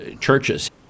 churches